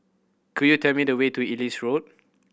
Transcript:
could you tell me the way to Ellis Road